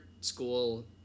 school